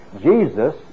Jesus